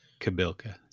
Kabilka